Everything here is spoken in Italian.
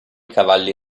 cavalli